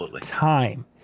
time